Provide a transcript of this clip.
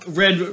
red